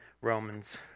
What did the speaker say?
Romans